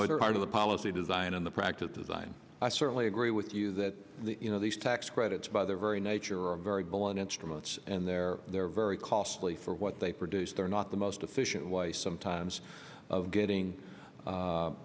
part of the policy design in the practice design i certainly agree with you that you know these tax credits by their very nature are very blunt instruments and they're they're very costly for what they produce they're not the most efficient way sometimes of getting